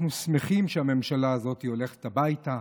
אנחנו כמובן שמחים שהממשלה הזו הולכת הביתה,